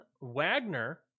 Wagner